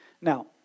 Now